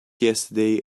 yesterday